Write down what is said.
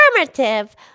affirmative